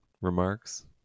remarks